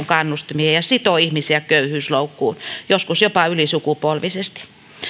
kannustimia ja sitoo ihmisiä köyhyysloukkuun joskus jopa ylisukupolvisesti